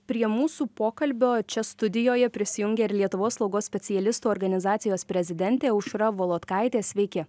prie mūsų pokalbio čia studijoje prisijungė ir lietuvos slaugos specialistų organizacijos prezidentė aušra volodkaitė sveiki